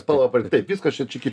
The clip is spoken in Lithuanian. spalvą taip viskas čia čiki